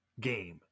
game